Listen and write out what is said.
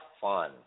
fun